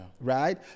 right